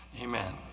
amen